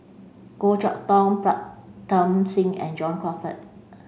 Goh Chok Tong Pritam Singh and John Crawfurd